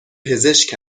پزشک